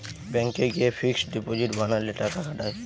ব্যাংকে গিয়ে fixed deposit বানালে টাকা খাটায়